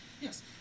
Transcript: Yes